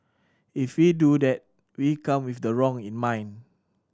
if we do that we come with the wrong in mind